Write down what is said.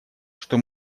что